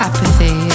Apathy